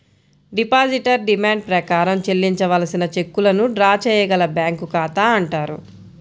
depositor demand ప్రకారం చెల్లించవలసిన చెక్కులను డ్రా చేయగల బ్యాంకు ఖాతా అంటారు